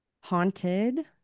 Haunted